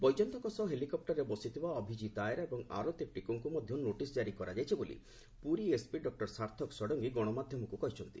ବୈଜୟନ୍ତଙ୍କ ସହ ହେଲିକପୁରରେ ବସିଥିବା ଅଭିଜିତ୍ ଆୟାର ଏବଂ ଆରତୀ ଟିକୁଙ୍ଙୁ ମଧ୍ଧ ନୋଟିସ୍ ଜାରି କରିକରାଯାଇଛି ବୋଲି ପୁରୀ ଏସ୍ପି ଡକୁର ସର୍ଥକ ଷଡ଼ଙଗୀ ଗଣମାଧ୍ଧମକୁ କହିଛନ୍ତି